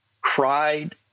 cried